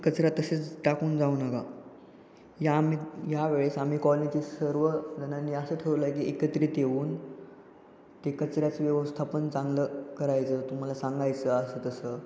कचरा तसेच टाकून जाऊ नका या आम्ही या वेळेस आम्ही कॉलेजची सर्वजणांनी असं ठरवलं आहे की एकत्रित येऊन ते कचऱ्याचं व्यवस्थापन चांगलं करायचं तुम्हाला सांगायचं असं तसं